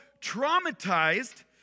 traumatized